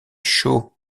chaud